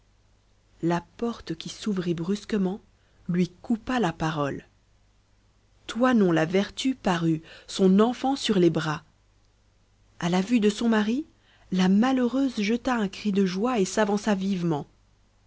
la porte qui s'ouvrit brusquement lui coupa la parole toinon la vertu parut son enfant sur les bras à la vue de son mari la malheureuse jeta un cri de joie et s'avança vivement